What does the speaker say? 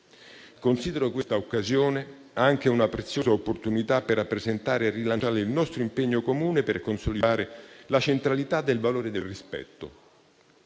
Considero quest'occasione anche una preziosa opportunità per rappresentare e rilanciare il nostro impegno comune per consolidare la centralità del valore del rispetto